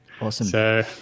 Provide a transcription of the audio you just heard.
Awesome